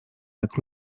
jak